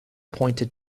pointed